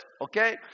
Okay